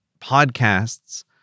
podcasts